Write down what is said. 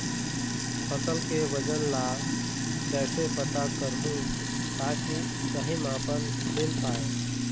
फसल के वजन ला कैसे पता करहूं ताकि सही मापन मील पाए?